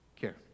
care